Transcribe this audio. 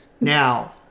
Now